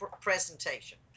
presentation